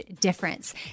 difference